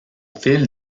fil